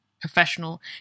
professional